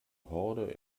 horde